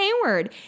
Hayward